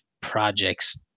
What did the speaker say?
projects